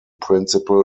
principal